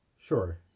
Sure